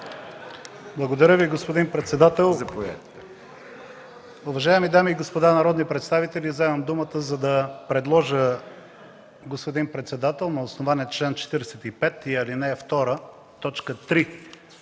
Благодаря Ви, господин председател. Уважаеми дами и господа народни представители, взимам думата, за да предложа, господин председател, на основание чл. 45, ал. 2,